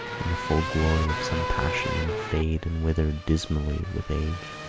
in the full glory of some passion, than fade and wither dismally with age.